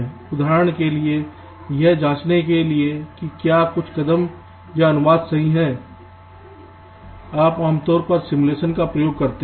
उदाहरण के लिए यह जाँचने के लिए कि क्या कुछ कदम या अनुवाद सही है आप आमतौर पर सिमुलेशन का उपयोग करते हैं